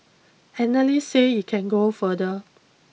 analysts say it can go further